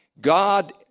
God